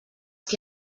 qui